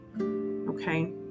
okay